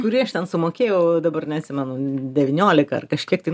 kurį aš ten sumokėjau dabar neatsimenu devyniolika ar kažkiek tai